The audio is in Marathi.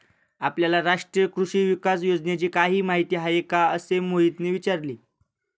आपल्याला राष्ट्रीय कृषी विकास योजनेची काही माहिती आहे का असे मोहितने विचारले?